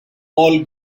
all